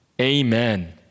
Amen